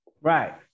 right